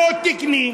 לא תקני,